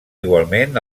igualment